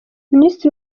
minisitiri